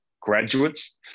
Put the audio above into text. graduates